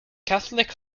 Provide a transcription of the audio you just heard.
catholic